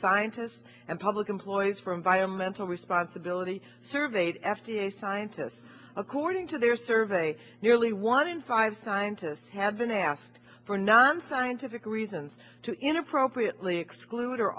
scientists and public employees for environmental responsibility surveyed f d a scientists according to their survey nearly one in five scientists had been asked for nonscientific reasons to inappropriately exclude or